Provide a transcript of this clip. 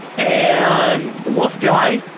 and. the wolf guy,